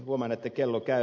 huomaan että kello käy